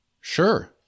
Sure